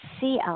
see